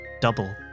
double